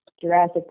Jurassic